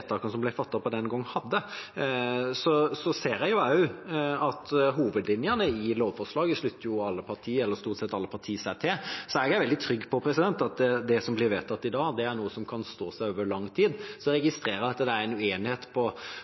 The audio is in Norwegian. som ble fattet den gangen, hadde. Jeg ser også at hovedlinjene i lovforslaget slutter stort sett alle partier seg til, så jeg er veldig trygg på at det som blir vedtatt i dag, er noe som kan stå seg over lang tid. Jeg registrerer at det er en uenighet